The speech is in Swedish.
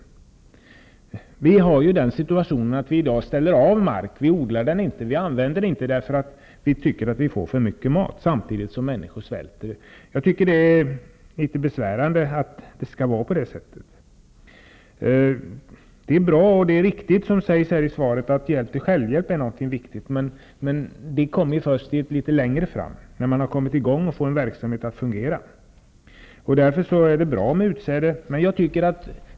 I dag ställs mark av i Sverige. Vi odlar den inte därför att vi anser att vi har för mycket mat -- samtidigt som människor svälter. Jag tycker att det är litet besvärande att det kan vara så. Det är bra och riktigt, som det sägs i svaret, att hjälp till självhjälp är något viktigt. Men det kommer man till först litet längre fram när verksamheten har börjat fungera. Därför är det bra att utsäde har ingått i insatserna.